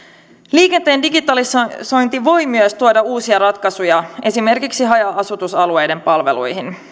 liikenteen digitalisointi voi myös tuoda uusia ratkaisuja esimerkiksi haja asutusalueiden palveluihin